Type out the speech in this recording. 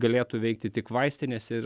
galėtų veikti tik vaistinės ir